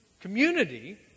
community